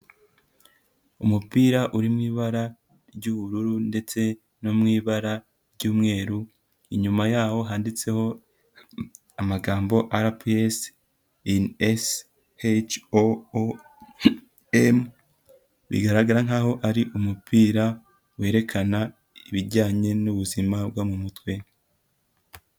Umupira uri mu ibara ry'ubururu ndetse no mu ibara ry'umweru, inyuma yaho handitseho amagambo RPS in CHOOM, bigaragara nkaho ari umupira werekana ibijyanye n'ubuzima bwo mu mutwe.